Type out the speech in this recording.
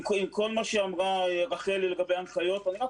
עם כל מה שאמרה רחל לגבי ההנחיות אני רק